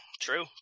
true